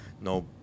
no